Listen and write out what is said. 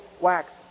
wax